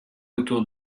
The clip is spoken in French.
autour